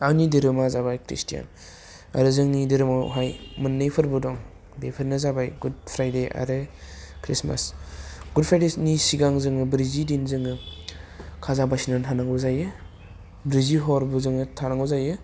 आंनि धोरोमा जाबाय ख्रिष्टियान आरो जोंनि धोरोमावहाय मोननो फोरबो दं बेफोरनो जाबाय गुड फ्राइदे आरो ख्रिसमास गुड फ्राइदेसनि सिगां जोङो ब्रैजि दिन जोङो खाजा बासिनानै थानांगौ जायो ब्रैजि हरबो जोङो थानांगौ जायो